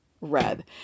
red